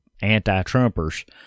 anti-trumpers